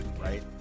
Right